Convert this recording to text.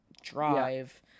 Drive